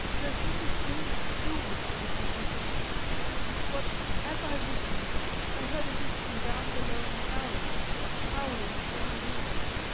there seemed a strange stillness over everything but as i listened i heard as if from down below in the valley the howling of many wolves.